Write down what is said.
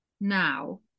now